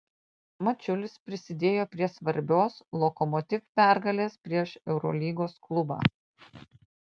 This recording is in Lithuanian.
mačiulis prisidėjo prie svarbios lokomotiv pergalės prieš eurolygos klubą